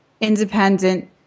independent